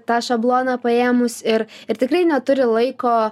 tą šabloną paėmus ir ir tikrai neturi laiko